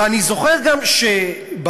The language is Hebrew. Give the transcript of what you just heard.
ואני זוכר גם שבמאהלים,